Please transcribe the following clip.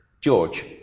George